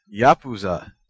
Yapuza